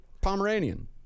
Pomeranian